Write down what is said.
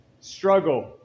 struggle